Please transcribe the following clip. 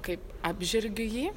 kaip apžergiu jį